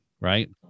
right